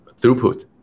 throughput